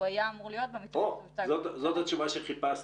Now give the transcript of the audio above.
היה אמור להיות במתווה שהוצג --- זאת התשובה שחיפשתי.